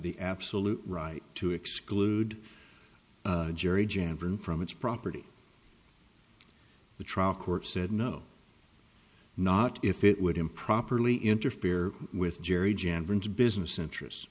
the absolute right to exclude gerry jan drew from its property the trial court said no not if it would improperly interfere with jerry jenkins business interests